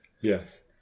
Yes